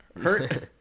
hurt